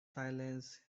silence